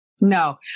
No